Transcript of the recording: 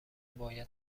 باید